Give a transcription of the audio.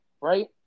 Right